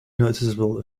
noticeable